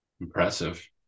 impressive